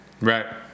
Right